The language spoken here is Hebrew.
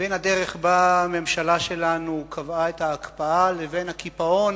בין הדרך שבה הממשלה שלנו קבעה את ההקפאה לבין הקיפאון